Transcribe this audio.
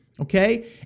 Okay